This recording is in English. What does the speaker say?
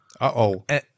Uh-oh